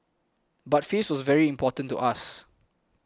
but face was very important to us